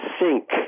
sink